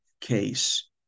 case